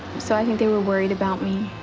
so i think they were worried about me.